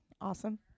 awesome